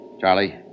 Charlie